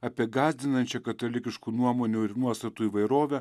apie gąsdinančią katalikiškų nuomonių ir nuostatų įvairovę